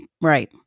right